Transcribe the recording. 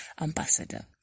ambassador